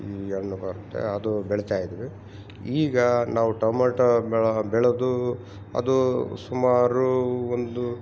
ಈ ಹಣ್ ಬರ್ತೆ ಅದು ಬೆಳಿತಿದ್ವಿ ಈಗ ನಾವು ಟಮಟ ಬೆಳಹ ಬೆಳೆದು ಅದು ಸುಮಾರು ಒಂದು